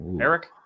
Eric